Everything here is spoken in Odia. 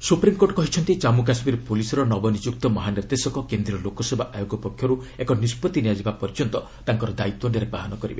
କେ ସୁପ୍ରିମ୍କୋର୍ଟ କହିଛନ୍ତି ଜାମ୍ମୁ କାଶ୍ମୀର ପୁଲିସ୍ର ନବନିଯୁକ୍ତ ମହାନିର୍ଦ୍ଦେଶକ କେନ୍ଦ୍ରୀୟ ଲୋକସେବା ଆୟୋଗ ପକ୍ଷରୁ ଏକ ନିଷ୍କଭି ନିଆଯିବା ପର୍ଯ୍ୟନ୍ତ ତାଙ୍କର ଦାୟିତ୍ୱ ନିର୍ବାହନ କରିବେ